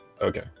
Okay